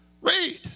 Read